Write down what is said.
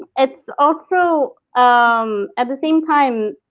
it's also um at the same time,